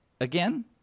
again